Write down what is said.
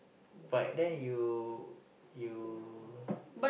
but then you you